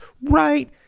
right